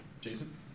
Jason